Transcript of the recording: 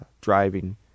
driving